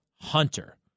Hunter